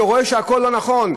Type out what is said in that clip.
הוא רואה שהכול לא נכון.